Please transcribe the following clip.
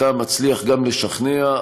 אתה מצליח גם לשכנע.